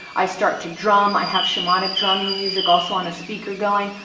i start to drum. i have shamonic drumming music, also on a speaker going,